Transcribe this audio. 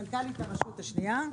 מנכ"לית הרשות השנייה.